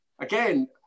again